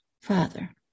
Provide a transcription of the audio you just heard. Father